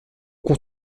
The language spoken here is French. qu’on